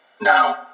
Now